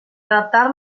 adaptar